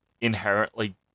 inherently